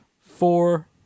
four